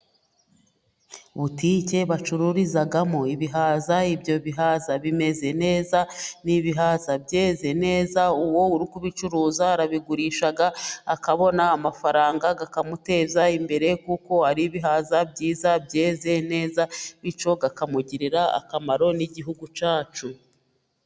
Botike bacururizamo ibihaza, ibyo bihaza bimeze neza n'ibihaza byeze neza, uwo uri kubicuruza arabigurisha akabona amafaranga akamuteza imbere kuko ari ibihaza byiza byeze neza, bityo akamugirira akamaro n'igihugu cyacu.